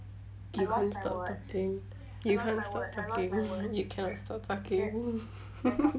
you can't stop talking you can't stop talking you cannot stop talking